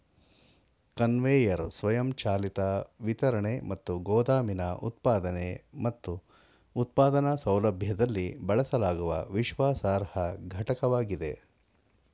conveyor ಸ್ವಯಂಚಾಲಿತ ವಿತರಣೆ ಮತ್ತು ಗೋದಾಮಿನ ಉತ್ಪಾದನೆ ಮತ್ತು ಉತ್ಪಾದನಾ ಸೌಲಭ್ಯದಲ್ಲಿ ಬಳಸಲಾಗುವ ವಿಶ್ವಾಸಾರ್ಹ ಘಟಕವಾಗಿದೆ